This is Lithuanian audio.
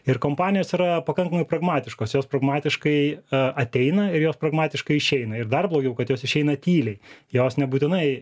ir kompanijos yra pakankamai pragmatiškos jos pragmatiškai ateina ir jos pragmatiškai išeina ir dar blogiau kad jos išeina tyliai jos nebūtinai